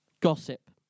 Gossip